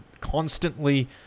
constantly